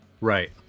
right